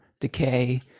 decay